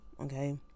okay